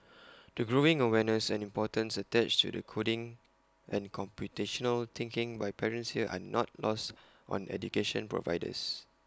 the growing awareness and importance attached to the coding and computational thinking by parents here are not lost on education providers